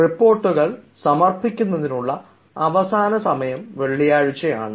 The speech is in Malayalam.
റിപ്പോർട്ടുകൾ സമർപ്പിക്കുന്നതിനുള്ള അവസാന സമയം വെള്ളിയാഴ്ചയാണ്